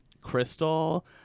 Crystal